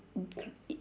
m~ gre~